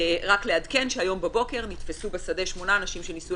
רק לעדכן שהבוקר נתפסו שמונה אנשים שניסו